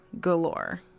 galore